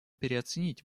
переоценить